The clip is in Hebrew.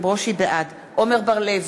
בעד עמר בר-לב,